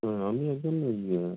হ্যাঁ আমি একজন ইয়ে